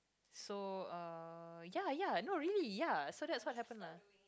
so uh ya ya not really ya so that's what happened lah